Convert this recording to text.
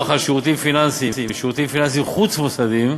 על שירותים פיננסיים (שירותים פיננסיים חוץ-מוסדיים),